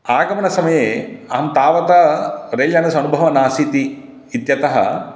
आगमनसमये अहं तावता रैल्यानस्य अनुभवः नासीत् इत्यतः